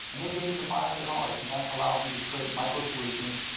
and they gave me the five hundred dollars. and that allowed me to create microsolutions.